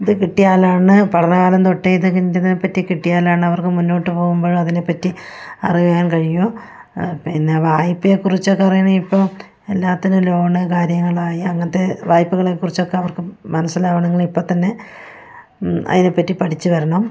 ഇത് കിട്ടിയാലാണ് പഠനകാലം തൊട്ടേ ഇത് ഇതിനെ പറ്റി കിട്ടിയാലാണവർക്ക് മുന്നോട്ട് പോകുമ്പോഴ് അതിനെ പറ്റി അറിയാൻ കഴിയുന്നത് പിന്നെ വായ്പയെ കുറിച്ചൊക്കെ അറിയണമെങ്കില് ഇപ്പോൾ എല്ലാത്തിനും ലോണ് കാര്യങ്ങളായി അങ്ങനത്തെ വായ്പകളെ കുറിച്ചൊക്കെ അവർക്ക് മനസിലാകണം എങ്കിൽ ഇപ്പം തന്നെ അതിനെ പറ്റി പഠിച്ച് വരണം